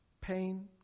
Pain